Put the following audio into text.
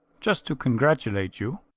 just to congratulate you.